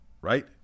Right